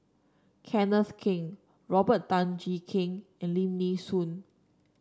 Kenneth Keng Robert Tan Jee Keng and Lim Nee Soon